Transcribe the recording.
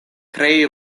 krei